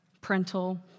parental